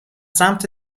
سمت